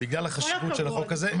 בגלל החשיבות של החוק הזה.